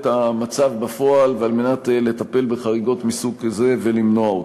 המצב בפועל ועל מנת לטפל בחריגות מסוג כזה ולמנוע אותן.